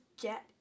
get